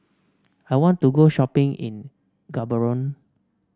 I want to go shopping in Gaborone